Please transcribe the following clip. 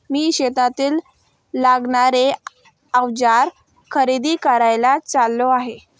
मी शेतीला लागणारे अवजार खरेदी करायला चाललो आहे